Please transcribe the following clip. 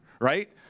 right